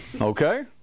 okay